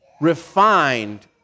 refined